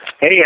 Hey